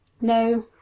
No